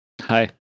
Hi